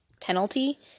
penalty